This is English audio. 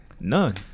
None